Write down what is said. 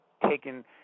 taken